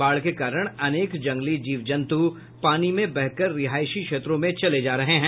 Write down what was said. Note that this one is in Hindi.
बाढ़ के कारण अनेक जंगली जीव जंतु पानी में बह कर रिहायशी क्षेत्रों में चले जा रहे हैं